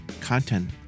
content